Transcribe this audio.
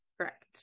correct